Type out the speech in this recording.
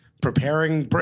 preparing